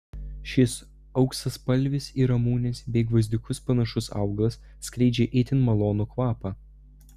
šis auksaspalvis į ramunes bei gvazdikus panašus augalas skleidžia itin malonų kvapą